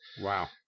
Wow